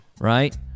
right